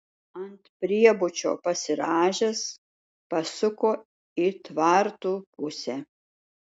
ant priebučio pasirąžęs pasuko į tvartų pusę